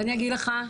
ואני אגיד לך,